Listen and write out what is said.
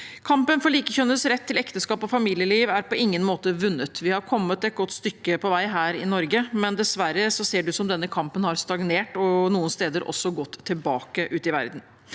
Kampen for likekjønnedes rett til ekteskap og familieliv er på ingen måte vunnet. Vi har kommet et godt stykke på vei her i Norge, men dessverre ser det ut som denne kampen har stagnert, og noen steder også gått tilbake, ute i verden.